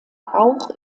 auch